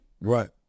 Right